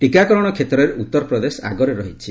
ଟିକାକରଣ କ୍ଷେତ୍ରରେ ଉତ୍ତରପ୍ରଦେଶ ଆଗରେ ରହିଛି